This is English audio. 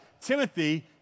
Timothy